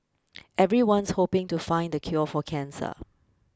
everyone's hoping to find the cure for cancer